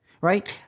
right